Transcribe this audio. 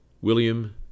William